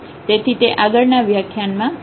તેથી તે આગળ ના વ્યાખ્યાન માં હશે